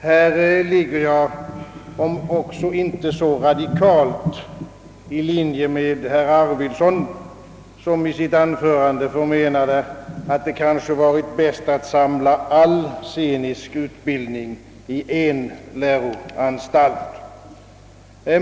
Här ligger jag, om också inte så radikalt, i linje med herr Arvidson, som i sitt anförande förmenade, att det kanske varit bäst att samla all scenisk utbildning i en läroanstalt.